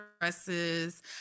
dresses